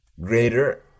greater